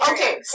Okay